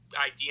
idea